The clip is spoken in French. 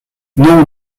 non